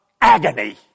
agony